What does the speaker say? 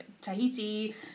Tahiti